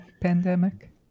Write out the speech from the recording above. pandemic